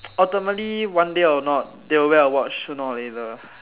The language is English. ultimately one day or not they will wear a watch sooner or later